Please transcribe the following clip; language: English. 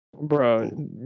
Bro